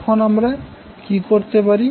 এখন আমরা কি করতে পারি